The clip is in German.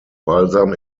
balsam